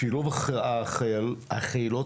שילוב החילות